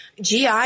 GI